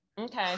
okay